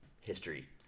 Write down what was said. history